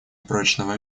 прочного